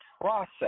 process